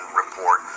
report